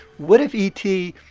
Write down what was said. what if e t.